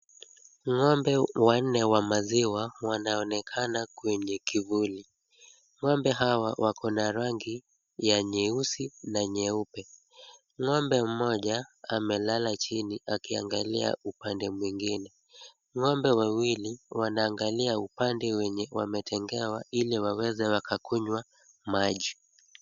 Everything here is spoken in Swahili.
Ng'ombe wanne wa maziwa wanaonekana kwenye kivuli. Ng'ombe hawa wako na rangi ya nyeusi na nyeupe. Ng'ombe mmoja amelala chini akiangalia upande mwingine. Ng'ombe wawili wanaangalia upande wenye wametengewa ili waweze wakakunywa maji.